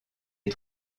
est